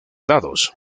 dados